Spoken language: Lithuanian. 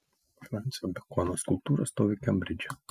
fransio bekono skulptūra stovi kembridže